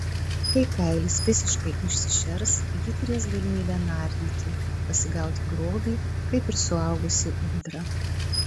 kai kailis visiškai išsišers ji turės galimybę nardyti pasigauti grobį kaip ir suaugusi ūdra